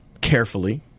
carefully